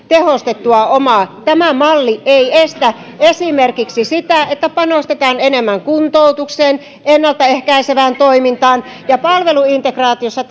tehostettua omaansa tämä malli ei estä esimerkiksi sitä että panostetaan enemmän kuntoutukseen ennalta ehkäisevään toimintaan ja palveluintegraatiossa